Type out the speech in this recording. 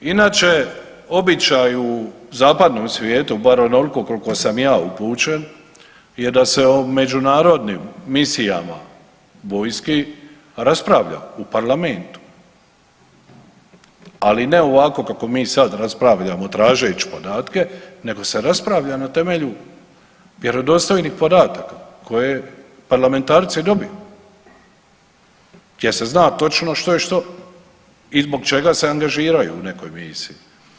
Inače, običaji u zapadnom svijetu, bar onoliko koliko sam ja upućen je da se o međunarodnim misijama vojski raspravlja u parlamentu, ali ne ovako kako mi sad raspravljamo tražeći podatke, nego se raspravlja na temelju vjerodostojnih podataka koje parlamentarci dobiju jer se zna točno što je što i zbog čega se angažiraju u nekoj misiji.